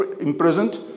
imprisoned